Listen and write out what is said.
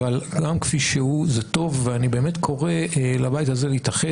אבל גם כפי שהוא זה טוב ואני באמת קורא לבית הזה להתאחד,